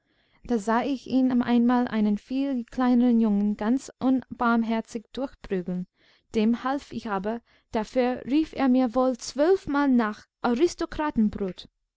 da sah ich ihn einmal einen viel kleineren jungen ganz unbarmherzig durchprügeln dem half ich aber dafür rief er mir wohl zwölfmal nach